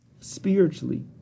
spiritually